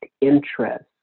interest